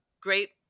great